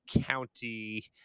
County